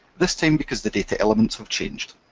this time because the data elements have changed.